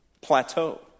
plateau